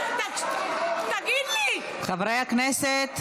תגיד לי, חברי הכנסת.